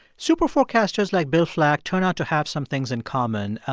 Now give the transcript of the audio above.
superforecasters, like bill flack, turn out to have some things in common.